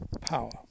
power